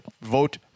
Vote